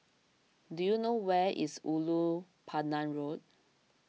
do you know where is Ulu Pandan Road